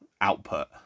output